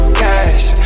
cash